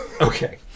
Okay